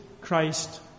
Christ